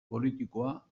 politikoa